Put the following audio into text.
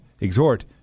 exhort